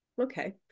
Okay